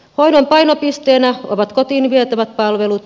hoidon painopisteenä ovat kotiin vietävät palvelut